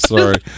Sorry